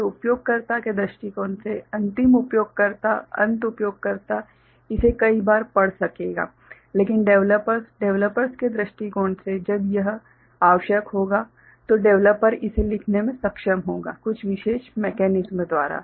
तो उपयोगकर्ता के दृष्टिकोण से अंतिम उपयोगकर्ता अंत उपयोगकर्ता इसे कई बार पढ़ सकेगा लेकिन डेवलपर्स डेवलपर्स के दृष्टिकोण से जब यह आवश्यक होगा तो डेवलपर इसे लिखने में सक्षम होगा कुछ विशेष मेकेनिस्म द्वारा